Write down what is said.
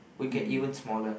mm